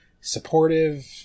supportive